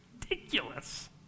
ridiculous